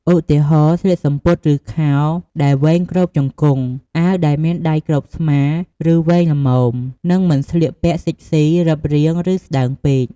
ឧទាហរណ៍ ស្លៀកសំពត់ ឬខោដែលវែងគ្របជង្គង់ អាវដែលមានដៃគ្រប់ស្មា ឬវែងល្មម និងមិនស្លៀកពាក់សិចស៊ី រឹបរាង ឬស្តើងពេក។